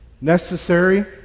necessary